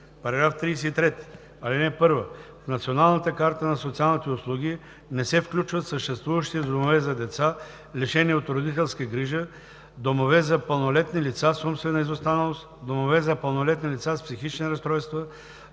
33: „§ 33. (1) В Националната карта на социалните услуги не се включват съществуващите домове за деца, лишени от родителска грижа, домове за пълнолетни лица с умствена изостаналост, домове за пълнолетни лица с психични разстройства,